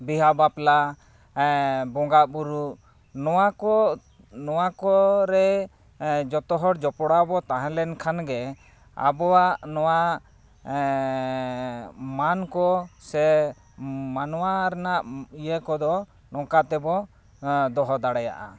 ᱵᱤᱦᱟᱹ ᱵᱟᱯᱞᱟ ᱵᱚᱸᱜᱟᱼᱵᱩᱨᱩ ᱱᱚᱣᱟ ᱠᱚ ᱱᱚᱣᱟ ᱠᱚ ᱨᱮ ᱡᱚᱛᱚ ᱦᱚᱲ ᱡᱚᱯᱚᱲᱟᱣ ᱵᱚ ᱛᱟᱦᱮᱸ ᱞᱮᱱᱠᱷᱟᱱ ᱜᱮ ᱟᱵᱚᱣᱟᱜ ᱱᱚᱣᱟ ᱢᱟᱹᱱ ᱠᱚ ᱥᱮ ᱢᱟᱱᱚᱣᱟ ᱨᱮᱱᱟᱜ ᱤᱭᱟᱹ ᱠᱚᱫᱚ ᱱᱚᱝᱠᱟ ᱛᱮᱵᱚ ᱫᱚᱦᱚ ᱫᱟᱲᱮᱭᱟᱜᱼᱟ